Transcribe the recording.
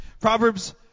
Proverbs